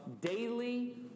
daily